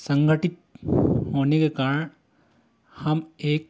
संगठित होने के कारण हम एक